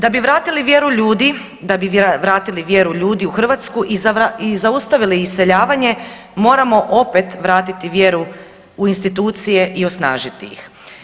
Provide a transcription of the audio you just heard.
Da bi vratili vjeru ljudi, da bi vratili vjeru ljudi u Hrvatsku i zaustavili iseljavanje moramo opet vratiti vjeru u institucije i osnažiti ih.